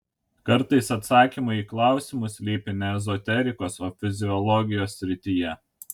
kartais atsakymai į klausimus slypi ne ezoterikos o fiziologijos srityje